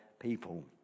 people